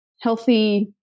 healthy